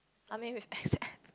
I mean with X F